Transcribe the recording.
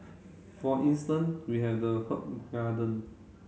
for instance we have the herb garden